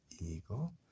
Eagle